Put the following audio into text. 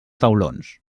taulons